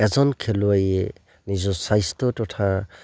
এজন খেলুৱৈয়ে নিজৰ স্বাস্থ্য তথা